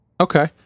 Okay